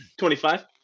25